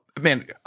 man